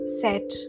set